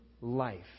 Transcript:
life